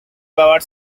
hour